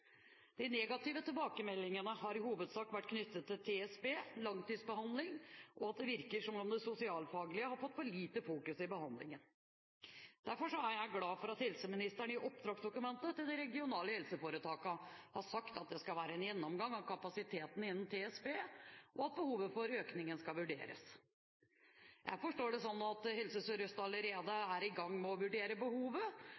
De negative tilbakemeldingene har i hovedsak vært knyttet til TSB – tverrfaglig spesialisert behandling – langtidsbehandling og at det virker som om det sosialfaglige har fått for lite fokus i behandlingen. Derfor er jeg glad for at helseministeren i oppdragsdokumentet til de regionale helseforetakene har sagt at det skal være en gjennomgang av kapasiteten innen TSB, og at behovet for økning skal vurderes. Jeg forstår det sånn at Helse